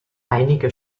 einige